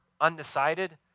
undecided